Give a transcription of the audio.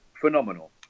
Phenomenal